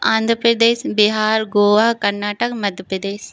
Andhra Pradesh Bihar Goa Karnataka Madhya Pradesh